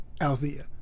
Althea